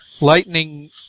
Lightning